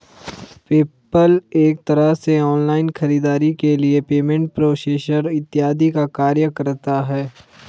PayPal एक तरह से ऑनलाइन खरीदारी के लिए पेमेंट प्रोसेसर इत्यादि का कार्य करता है